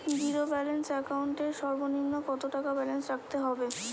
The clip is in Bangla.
জীরো ব্যালেন্স একাউন্ট এর সর্বনিম্ন কত টাকা ব্যালেন্স রাখতে হবে?